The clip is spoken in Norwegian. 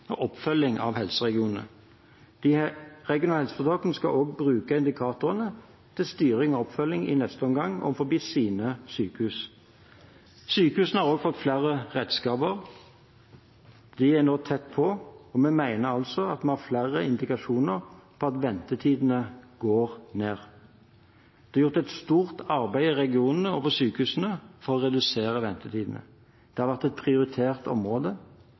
og oppfølging av helseregionene. De regionale helseforetakene skal også bruke indikatorene til styring og oppfølging i neste omgang overfor sine sykehus. Sykehusene har også fått flere redskaper, de er nå tett på, og vi mener altså at vi har flere indikasjoner på at ventetidene går ned. Det er gjort et stort arbeid i regionene og på sykehusene for å redusere ventetidene. Dette har vært et prioritert område.